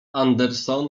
anderson